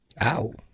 Ow